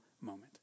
moment